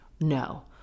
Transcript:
No